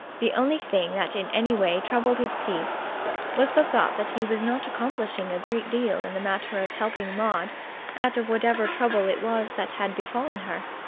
the only thing that in any way troubled his peace was the thought that he was not accomplishing a great deal in the matter of helping maud out of whatever trouble it was that had befallen her.